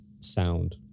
sound